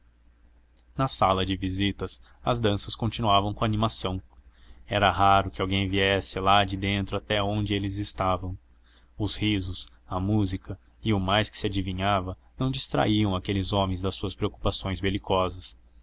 na sala de visitas as danças continuavam com animação era raro que alguém viesse de dentro até onde eles estavam os risos a música e o mais que se adivinhava não distraíam aqueles homens das suas preocupações belicosas